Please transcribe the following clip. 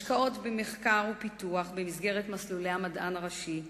השקעות במחקר ופיתוח במסגרת מסלולי המדען הראשי,